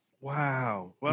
Wow